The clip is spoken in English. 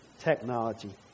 technology